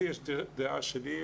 לי יש דעה שלי,